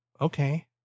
Okay